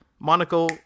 Monaco